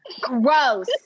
Gross